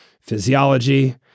physiology